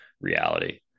reality